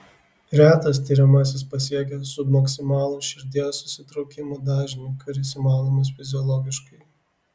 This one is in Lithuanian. retas tiriamasis pasiekia submaksimalų širdies susitraukimų dažnį kuris įmanomas fiziologiškai